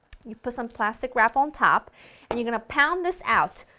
you put some plastic wrap on top and you're going to pound this out.